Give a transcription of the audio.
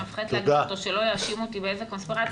ואני מפחדת להגיד אותו שלא יאשימו אותי באיזה קונספירציה,